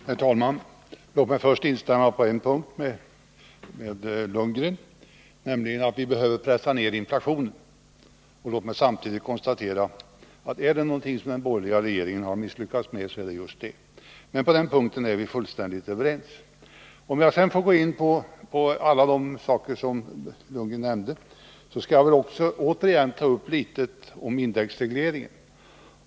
Herr talman! Låt mig först på en punkt instämma med Bo Lundgren, nämligen när det gäller behovet av att pressa ned inflationen. Låt mig samtidigt göra ett konstaterande: Om det är något som den borgerliga regeringen misslyckats med är det just detta. På denna punkt är vi dock fullständigt överens. Låt mig vidare gå in på några av alla de saker som Bo Lundgren nämnde. Jag vill då återigen något beröra frågan om indexregleringen.